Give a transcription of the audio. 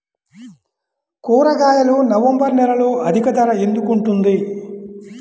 కూరగాయలు నవంబర్ నెలలో అధిక ధర ఎందుకు ఉంటుంది?